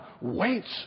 waits